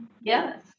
Yes